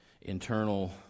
internal